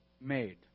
made